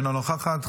אינה נוכחת,